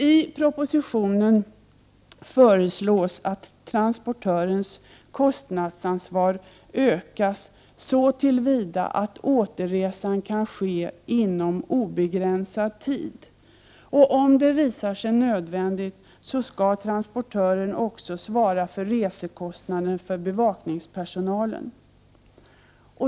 I propositionen föreslås att transportörens kostnadsansvar ökas så till vida att återresan kan ske inom obegränsad tid. Om det visar sig nödvändigt skall transportören också svara för resekostnaden för bevakningspersonalen.